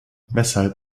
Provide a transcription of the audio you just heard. weshalb